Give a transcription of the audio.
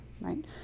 right